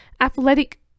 athletic